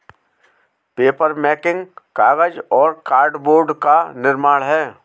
papermaking कागज और cardboard का निर्माण है